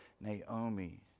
Naomi